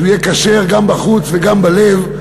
שיהיה כשר גם בחוץ וגם בלב.